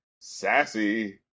Sassy-